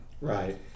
Right